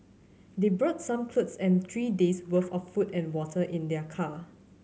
they brought some clothes and three days' worth of food and water in their car